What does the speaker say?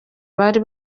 bari